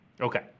Okay